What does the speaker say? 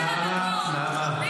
נעמה, נעמה, את